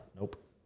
Nope